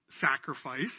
sacrifice